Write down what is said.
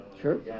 Sure